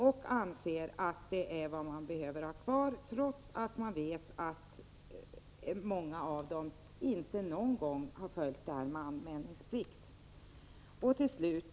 Det är vad man anser sig behöva ha kvar, trots att man vet att många av dem inte någon gång har fullgjort sin anmälningsplikt.